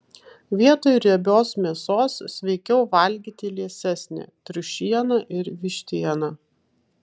vietoj riebios mėsos sveikiau valgyti liesesnę triušieną ir vištieną